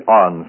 on